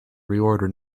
reorder